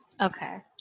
Okay